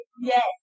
Yes